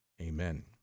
Amen